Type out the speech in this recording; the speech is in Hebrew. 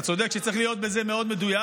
אתה צודק שצריך להיות בזה מאוד מדויק.